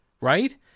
right